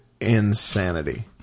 insanity